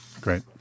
Great